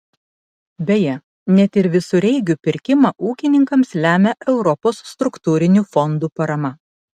beje net ir visureigių pirkimą ūkininkams lemia europos struktūrinių fondų parama